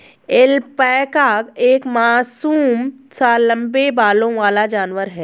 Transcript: alpaca एक मासूम सा लम्बे बालों वाला जानवर है